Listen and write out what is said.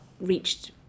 reached